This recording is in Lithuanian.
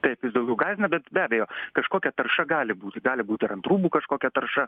taip jis daugiau gąsdina bet be abejo kažkokia tarša gali būti gali būti ir ant rūbų kažkokia tarša